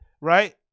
right